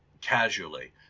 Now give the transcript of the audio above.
casually